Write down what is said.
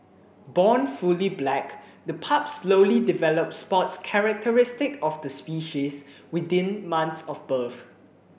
born fully black the pups slowly develop spots characteristic of the species within months of birth